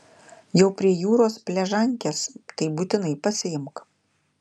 jau prie jūros pležankes tai būtinai pasiimk